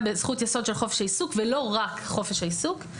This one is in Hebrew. בזכות יסוד של חופש העיסוק ולא רק חופש העיסוק.